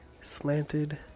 slanted